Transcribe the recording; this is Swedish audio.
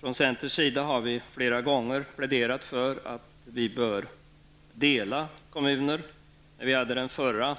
Från centerns sida har vi flera gånger pläderat för att dela kommuner. När vi hade den förra